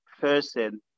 person